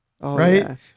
Right